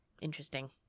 Interesting